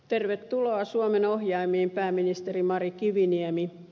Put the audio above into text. tervetuloa suomen ohjaimiin pääministeri mari kiviniemi